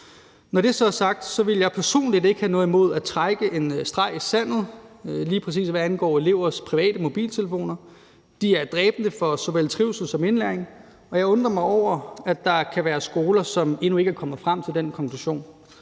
Når det så er sagt, ville jeg personligt ikke have noget imod at trække en streg i sandet, lige præcis hvad angår elevers private mobiltelefoner. De er dræbende for såvel trivsel som indlæring, og jeg undrer mig over, at der kan være skoler, som endnu ikke er kommet frem til den konklusion.